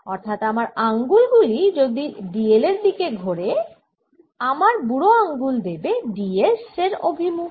অর্থাৎ আমার আঙ্গুল গুলি যদি d l এর দিকেই ঘোরে আমার বুড়ো আঙ্গুল দেবে d s এর অভিমুখ